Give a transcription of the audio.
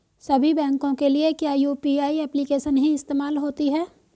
सभी बैंकों के लिए क्या यू.पी.आई एप्लिकेशन ही इस्तेमाल होती है?